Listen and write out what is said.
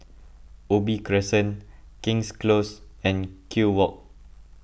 Ubi Crescent King's Close and Kew Walk